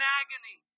agony